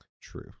True